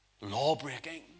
Lawbreaking